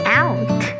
out